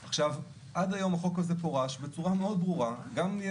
עד היום הזה פורש בצורה מאוד ברורה גם לגבי